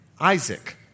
Isaac